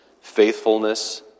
faithfulness